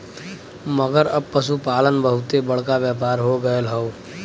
मगर अब पसुपालन बहुते बड़का व्यापार हो गएल हौ